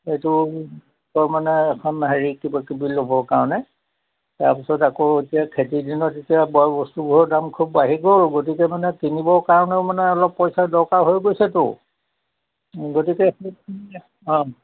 এইটো তাৰমানে এখন হেৰি কিবা কিবি ল'বৰ কাৰণে তাৰপিছত আকৌ এতিয়া খেতিৰ দিনত এতিয়া বয় বস্তুবোৰৰ দাম খুব বাঢ়ি গ'ল গতিকে মানে কিনিবৰ কাৰণেও মানে অলপ পইচা দৰকাৰ হৈ গৈছেতো গতিকে অঁ